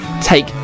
take